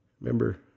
Remember